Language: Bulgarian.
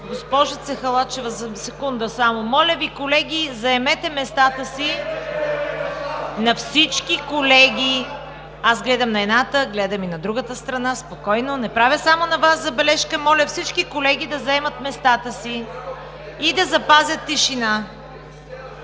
Госпожице Халачева, за секунда само. Моля Ви, колеги, заемете местата си! (Шум и реплики.) На всички колеги – аз гледам на едната, гледам и на другата страна, спокойно. Не правя само на Вас забележка. Моля, всички колеги да заемат местата си и да запазят тишина!